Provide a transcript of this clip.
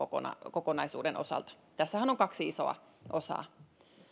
kokonaisuuden osalta tässähän on kaksi isoa osaa